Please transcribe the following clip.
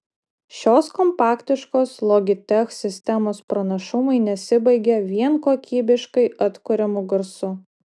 šios kompaktiškos logitech sistemos pranašumai nesibaigia vien kokybiškai atkuriamu garsu